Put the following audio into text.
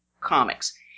comics